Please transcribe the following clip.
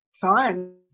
fine